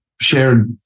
shared